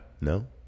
No